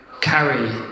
carry